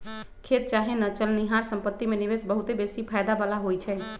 खेत चाहे न चलनिहार संपत्ति में निवेश बहुते बेशी फयदा बला होइ छइ